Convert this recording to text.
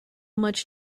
much